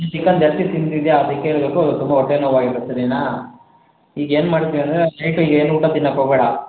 chicken ಜಾಸ್ತಿ ತಿಂದಿದ್ದೀಯ ಅದಕ್ಕೆ ಇರಬೇಕು ತುಂಬ ಹೊಟ್ಟೆ ನೋವಾಗಿರುತ್ತೆ ಸರಿನಾ ಈಗೆನ್ಮಾಡ್ತಿ ಅಂದರೆ ನೈಟು ಏನೂ ಊಟ ತಿನ್ನಕ್ಕೋಗ್ಬೇಡ